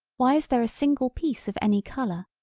why is there a single piece of any color,